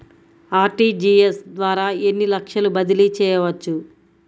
RTGS ద్వారా ఎన్ని లక్షలు బదిలీ చేయవచ్చు?